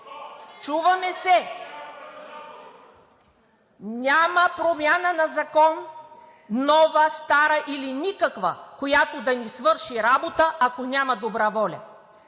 Чуваме се. Няма промяна на закон – нова, стара или никаква, която да ни свърши работа, ако няма добра воля,